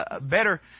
better